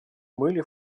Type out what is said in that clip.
были